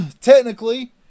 Technically